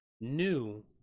new